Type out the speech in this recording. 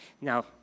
Now